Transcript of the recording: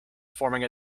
forming